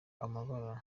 amabara